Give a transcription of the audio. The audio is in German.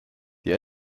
die